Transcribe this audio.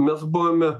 mes buvome